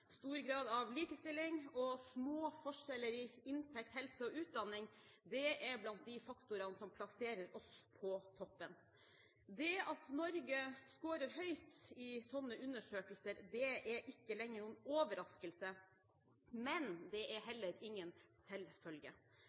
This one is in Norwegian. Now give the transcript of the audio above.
stor grad av likestilling og små forskjeller i inntekt, helse og utdanning er blant de faktorene som plasserer oss på toppen. Det at Norge skårer høyt i slike undersøkelser, er ikke lenger noen overraskelse, men det er heller ingen